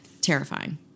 Terrifying